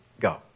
go